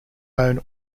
own